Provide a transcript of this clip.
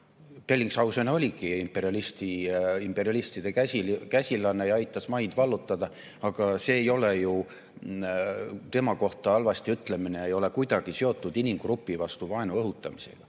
Bellingshausen oligi imperialistide käsilane ja aitas maid vallutada, aga tema kohta halvasti ütlemine ei ole kuidagi seotud inimgrupi vastu vaenu õhutamisega.